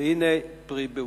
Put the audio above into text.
והנה פרי באושים.